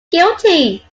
guilty